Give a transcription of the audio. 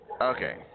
Okay